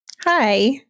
Hi